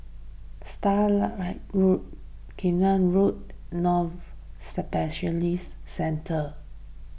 Starlight Road Cairnhill Road Novena Specialist Centre